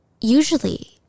usually